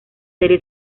serie